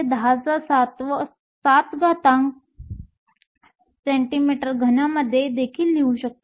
56 x 107 cm3 मध्ये देखील लिहू शकतो